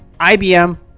IBM